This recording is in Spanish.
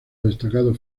destacado